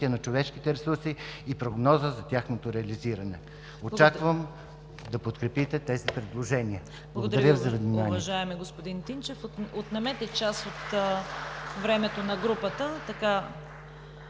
на човешките ресурси“ и прогноза за тяхното реализиране. Очаквам да подкрепите тези предложения. Благодаря Ви за вниманието.